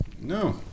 No